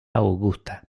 augusta